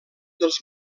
dels